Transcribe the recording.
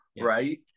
Right